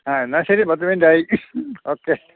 ആ എന്നാൽ ശരി പത്ത് മിനിറ്റ് ആയി ഓക്കെ